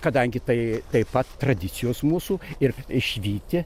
kadangi tai taip pat tradicijos mūsų ir išvyti